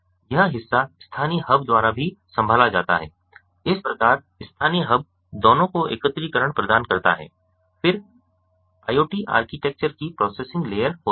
यह हिस्सा स्थानीय हब द्वारा भी संभाला जाता है इस प्रकार स्थानीय हब दोनों को एकत्रीकरण प्रदान करता है फिर IoT आर्किटेक्चर की प्रोसेसिंग लेयर होती है